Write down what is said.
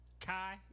Kai